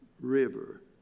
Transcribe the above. river